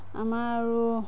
আমাৰ আৰু